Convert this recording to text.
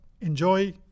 enjoy